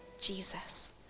Jesus